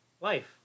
life